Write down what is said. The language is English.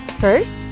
First